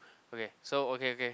okay so okay okay